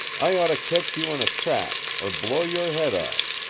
i ought to catch you in a trap, or blow your head off.